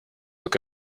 look